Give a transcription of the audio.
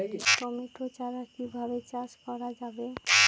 Tomato চারা কিভাবে চাষ করা যাবে?